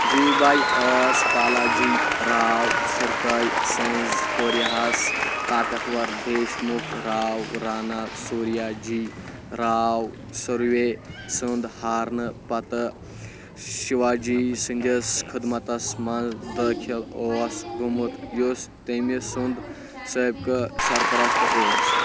جیو بایی ٲس پلاجی راو شرکے سٕنٛز کوٗر یِہس طاقتور دیش مُکھ راو رانا سوریا جی راو سُروے سٕنٛدِ ہارنہٕ پتہٕ شِواجی سٕنٛدِس خدمتَس منٛز دٲخل اوس گومُت یُس تمہِ سُند سٲبقہٕ سرپرست اوس